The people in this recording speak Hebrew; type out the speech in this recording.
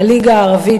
הליגה הערבית,